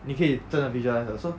你可以真的 visualise 的 so